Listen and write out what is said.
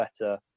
better